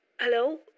Hello